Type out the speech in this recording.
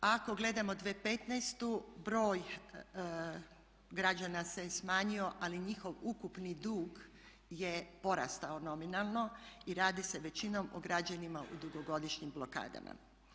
Ako gledamo 2015.broj građana se smanjio ali njihov ukupni dug je porastao nominalno i radi se većinom o građanima u dugogodišnjim blokadama.